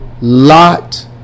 Lot